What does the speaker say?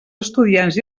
estudiants